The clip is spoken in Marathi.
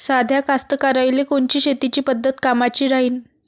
साध्या कास्तकाराइले कोनची शेतीची पद्धत कामाची राहीन?